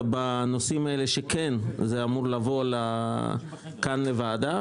בנושאים שכן זה אמור לבוא לכאן לוועדה,